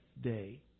day